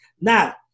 Now